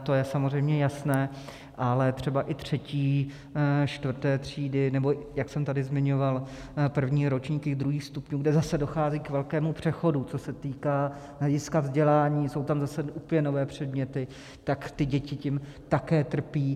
To je samozřejmě jasné, ale třeba i třetí, čtvrté třídy, nebo jak jsem tady zmiňoval, první ročníky druhých stupňů, kde zase dochází k velkému přechodu, co se týká hlediska vzdělání, jsou tam zase úplně nové předměty, tak ty děti tím také trpí.